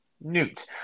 Newt